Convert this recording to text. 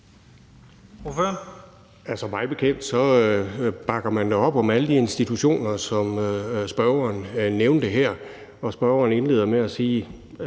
mig bekendt bakker man da op om alle de institutioner, som spørgeren nævnte her. Og spørgeren indleder med at sige,